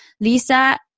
Lisa